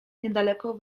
niedaleko